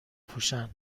پوشن